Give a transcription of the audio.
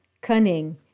cunning